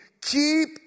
keep